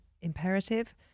imperative